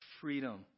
freedom